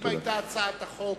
אם היתה הצעת החוק